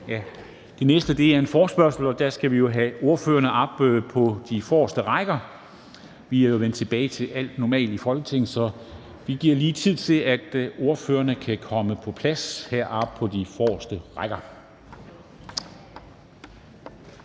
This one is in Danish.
Det næste punkt er en forespørgsel, og der skal vi have ordførerne op på de forreste rækker. Vi er jo vendt tilbage til det normale i Folketinget, så vi giver lige tid til, at ordførerne kan komme på plads heroppe på de forreste rækker.